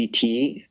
CT